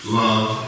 love